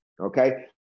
Okay